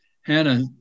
Hannah